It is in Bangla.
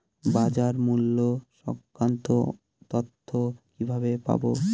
বাজার মূল্য সংক্রান্ত তথ্য কিভাবে পাবো?